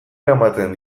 eramaten